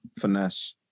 finesse